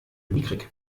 mickrig